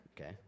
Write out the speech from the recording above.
Okay